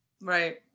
Right